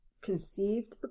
conceived